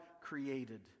created